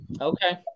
Okay